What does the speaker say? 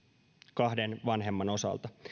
kahden vanhemman osalta